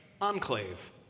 enclave